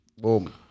Boom